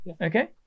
okay